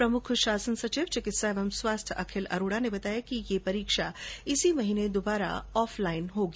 प्रमुख शासन सचिव चिकित्सा एवं स्वास्थ्य अखिल अरोरा ने बताया कि ये परीक्षा इसी महीने दुबारा ऑफ लाइन होगी